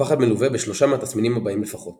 הפחד מלווה בשלושה מהתסמינים הבאים לפחות